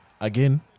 Again